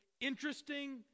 interesting